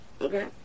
Okay